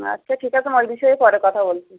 আচ্ছা ঠিক আছে ওই বিষয়ে পরে কথা বলছি